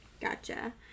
Gotcha